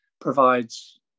provides